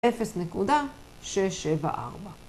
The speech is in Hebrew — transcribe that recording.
אפס, נקודה, שש, שבע, ארבע.